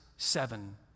seven